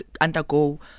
undergo